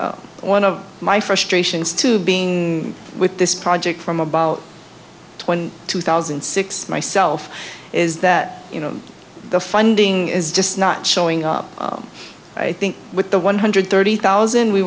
think one of my frustrations to being with this project from about twenty two thousand six myself is that you know the funding is just not showing up i think with the one hundred thirty thousand we